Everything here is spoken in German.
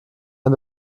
ein